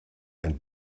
and